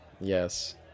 Yes